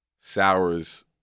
sours